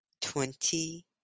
twenty